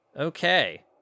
Okay